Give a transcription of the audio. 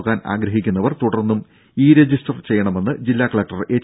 പോകാനാഗ്രഹിക്കുന്നവർ തുടർന്നും e register ചെയ്യണമെന്ന് ജില്ലാ കലക്ടർ എച്ച്